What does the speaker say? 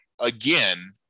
again